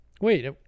Wait